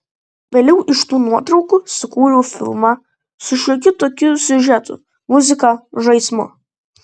vėliau iš tų nuotraukų sukūriau filmą su šiokiu tokiu siužetu muzika žaismu